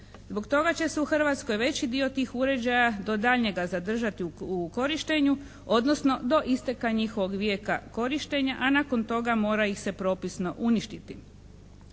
Zbog toga će se u Hrvatskoj veći dio tih uređaja do daljnjega zadržati u korištenju, odnosno do isteka njihovog vijeka korištenja a nakon toga mora ih se propisno uništiti.